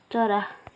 चरा